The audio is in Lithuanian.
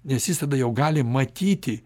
nes jis tada jau gali matyti